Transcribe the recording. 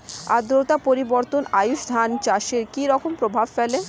আদ্রতা পরিবর্তন আউশ ধান চাষে কি রকম প্রভাব ফেলে?